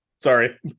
Sorry